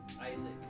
Isaac